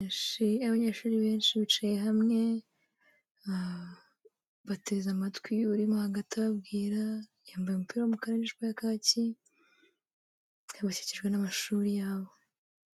Abanyeshuri benshi bicaye hamwe bateze amatwi urimo hagati ababwira yambaye umupira w'umukara n'ijipo yakaki bakikijwe n'amashuri yabo.